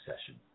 session